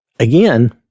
Again